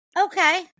okay